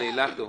אילטוב